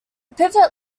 pivot